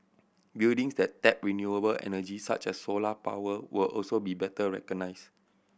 buildings that tap renewable energy such as solar power will also be better recognised